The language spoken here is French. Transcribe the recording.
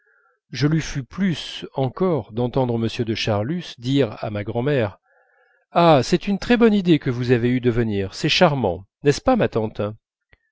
je le fus plus encore d'entendre m de charlus dire à ma grand'mère ah c'est une très bonne idée que vous avez eue de venir c'est charmant n'est-ce pas ma tante